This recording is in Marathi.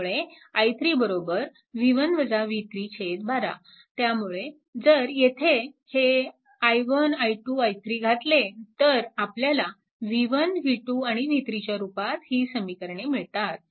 त्यामुळे i3 12 त्यामुळे जर येथे हे i1 i2 i3 येथे घातले तर आपल्याला v1 v2 आणि v3 च्या रूपात ही समीकरणे मिळतात